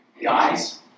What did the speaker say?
Guys